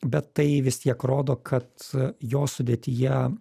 bet tai vis tiek rodo kad jo sudėtyje